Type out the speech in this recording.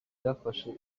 byafashe